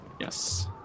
yes